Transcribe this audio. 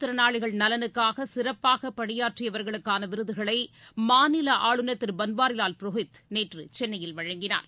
திறனாளிகள் நலனுக்காகசிறப்பாகபணியாற்றியவர்களுக்கானவிருதுகளைமாநிலஆளுநர் மாற்றுத் திருபன்வாரிலால் புரோகித் நேற்றுசென்னையில் வழங்கினார்